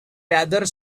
rather